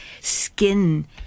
skin